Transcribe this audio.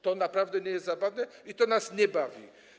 To naprawdę nie jest zabawne i to nas nie bawi.